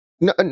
no